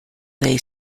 they